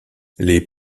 les